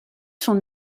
son